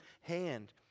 hand